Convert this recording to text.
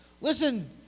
listen